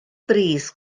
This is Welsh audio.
bris